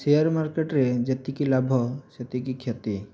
ସେୟାରମାର୍କେଟରେ ଯେତିକି ଲାଭ ସେତିକି କ୍ଷତି